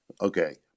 okay